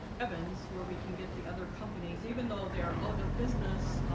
evans where we can get the other companies even though they're out of business,